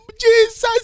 Jesus